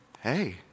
hey